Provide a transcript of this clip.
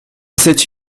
cette